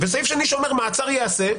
וסעיף שני שאומר: מעצר ייעשה,